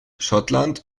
schottland